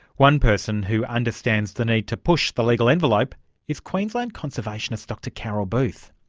one person who understands the need to push the legal envelope is queensland conversationist dr carol booth.